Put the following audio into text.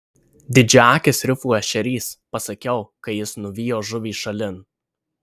didžiaakis rifų ešerys pasakiau kai jis nuvijo žuvį šalin